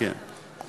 כן.